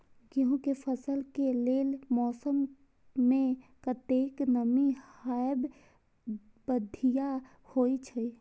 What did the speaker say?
गेंहू के फसल के लेल मौसम में कतेक नमी हैब बढ़िया होए छै?